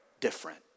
different